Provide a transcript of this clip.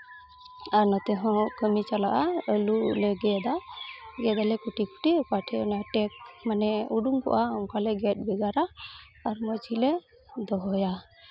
ᱟᱨ ᱱᱚᱛᱮᱦᱚᱸ ᱠᱟᱹᱢᱤ ᱪᱟᱞᱟᱜᱼᱟ ᱟᱹᱞᱩ ᱞᱮ ᱜᱮᱫᱼᱟ ᱜᱮᱫ ᱟᱞᱮ ᱠᱩᱴᱤ ᱚᱠᱟ ᱴᱷᱮᱡ ᱚᱱᱟ ᱴᱮᱠ ᱢᱟᱱᱮ ᱩᱰᱩᱠ ᱠᱚᱜᱼᱟ ᱚᱱᱠᱟᱞᱮ ᱜᱮᱫ ᱵᱷᱮᱜᱟᱨᱼᱟ ᱟᱨ ᱢᱚᱡᱽ ᱜᱮᱞᱮ ᱫᱚᱦᱚᱭᱟ